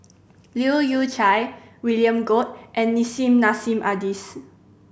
Leu Yew Chye William Goode and Nissim Nassim Adis